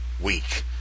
week